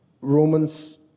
Romans